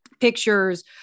Pictures